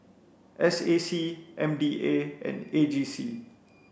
S A C M D A and A G C